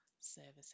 Services